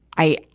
i,